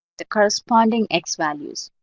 the corresponding x values,